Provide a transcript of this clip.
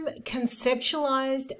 conceptualized